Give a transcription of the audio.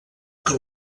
que